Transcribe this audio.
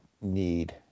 need